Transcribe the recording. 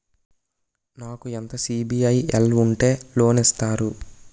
నాకు ఎంత సిబిఐఎల్ ఉంటే లోన్ ఇస్తారు?